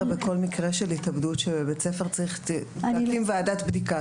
הרי בכל מקרה של התאבדות בבית ספר צריך להקים ועדת בדיקה,